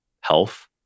health